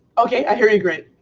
okay, i hear you great.